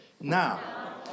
Now